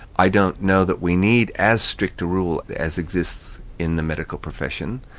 i don't know that we need as strict a rule as exists in the medical profession.